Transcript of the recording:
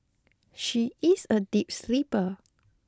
she is a deep sleeper